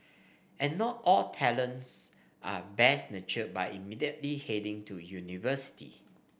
and not all talents are best nurtured by immediately heading to university